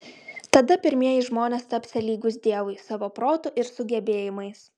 tada pirmieji žmonės tapsią lygūs dievui savo protu ir sugebėjimais